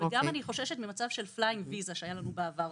ושאני חוששת גם ממצב של flying visa שהיה לנו בעבר.